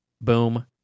boom